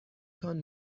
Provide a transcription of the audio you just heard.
تان